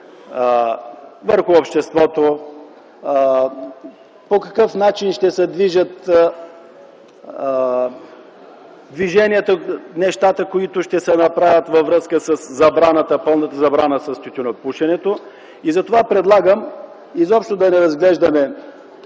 върху обществото и по какъв начин ще се движат нещата, които ще се направят във връзка с пълната забрана на тютюнопушенето, затова предлагам изобщо да не разглеждаме